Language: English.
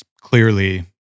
clearly